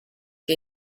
que